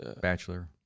Bachelor